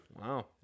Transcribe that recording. Wow